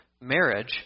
marriage